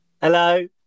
Hello